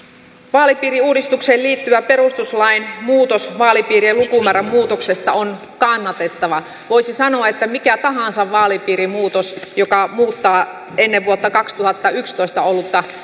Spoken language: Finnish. vaalipiiriuudistukseen liittyvä perustuslain muutos vaalipiirien lukumäärän muutoksesta on kannatettava voisi sanoa että mikä tahansa vaalipiirimuutos joka muuttaa ennen vuotta kaksituhattayksitoista ollutta